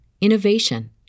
innovation